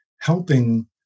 helping